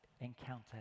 encounter